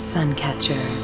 Suncatcher